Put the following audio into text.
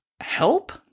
help